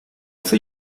see